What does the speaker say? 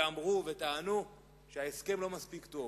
שטענו שההסכם לא מספיק טוב.